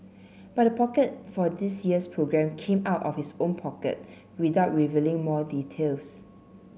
but the pocket for this year's programme came out of his own pocket without revealing more details